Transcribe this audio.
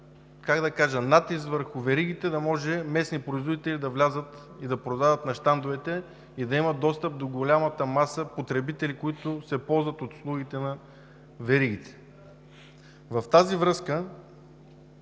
как да кажа, натиск върху веригите, за да може местни производители да влязат и да продават на щандовете, да имат достъп до голямата маса потребители, които се ползват от услугите на веригите. В тази връзка